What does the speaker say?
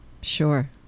sure